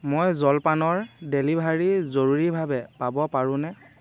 মই জলপানৰ ডেলিভাৰী জৰুৰীভাৱে পাব পাৰোঁনে